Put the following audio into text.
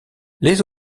les